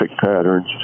patterns